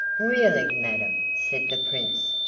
really, madam, said the prince,